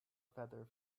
feather